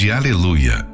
Aleluia